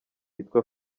yitwa